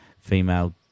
female